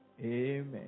Amen